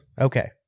Okay